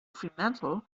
fremantle